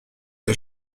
est